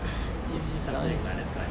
easy subject lah that's why